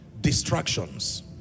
Distractions